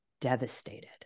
devastated